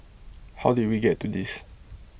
how did we get to this